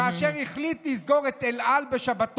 כאשר החליט לסגור את אל על בשבתות,